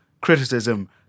criticism